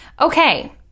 Okay